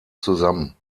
zusammen